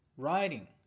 Writing